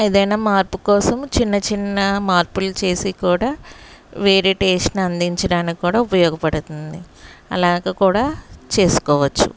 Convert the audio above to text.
ఏదైనా మార్పు కోసం చిన్న చిన్న మార్పులు చేసి కూడా వేరే టేస్ట్ని అందించడానికి కూడా ఉపయోగపడుతుంది అలాగ కూడా చేసుకోవచ్చు